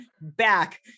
back